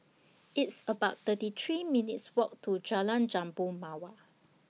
It's about thirty three minutes' Walk to Jalan Jambu Mawar